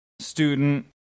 student